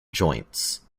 joints